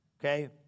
Okay